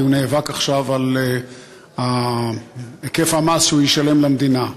כי הוא נאבק עכשיו על היקף המס שהוא ישלם למדינה.